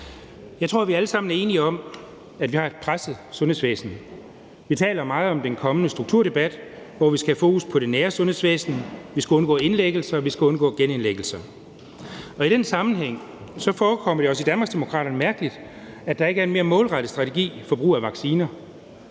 Jeg tror, vi alle sammen er enige om, at vi har et presset sundhedsvæsen. Vi taler jo meget om den kommende strukturdebat, hvor vi skal have fokus på det nære sundhedsvæsen, vi skal undgå indlæggelser, og vi skal undgå genindlæggelser. Og i den sammenhæng forekommer det os i Danmarksdemokraterne mærkeligt, at der ikke er en mere målrettet strategi for brugen af vacciner.